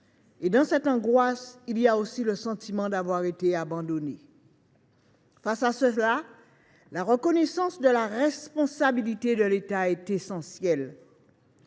Et, dans cette angoisse, il y a aussi le sentiment d’avoir été abandonné. Face à cela, la reconnaissance de la responsabilité de l’État est essentielle,